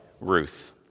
Ruth